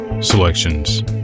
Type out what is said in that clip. selections